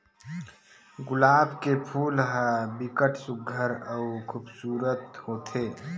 गुलाब के फूल ह बिकट सुग्घर अउ खुबसूरत होथे